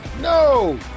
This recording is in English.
No